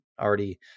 already